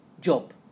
job